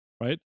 right